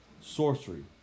sorcery